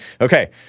Okay